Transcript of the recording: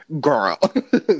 girl